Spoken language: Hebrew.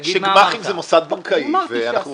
תגיד -- שגמ"חים זה מוסד בנקאי ואנחנו